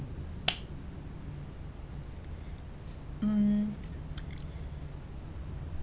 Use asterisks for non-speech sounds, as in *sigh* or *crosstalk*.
mm *noise*